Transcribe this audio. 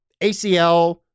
ACL